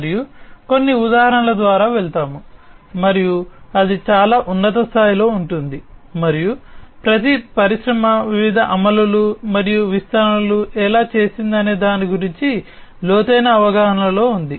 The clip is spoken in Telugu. మనము కొన్ని ఉదాహరణల ద్వారా వెళ్తాము మరియు అది చాలా ఉన్నత స్థాయిలో ఉంటుంది మరియు ప్రతి పరిశ్రమ వివిధ అమలులు మరియు విస్తరణలు ఎలా చేసిందనే దాని గురించి లోతైన అవగాహనలో ఉంది